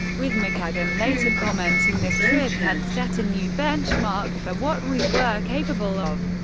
with mckagan later commenting, this trip had set a new benchmark for what we were capable of,